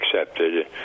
accepted